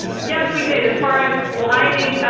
yes, we did. as far as lyme,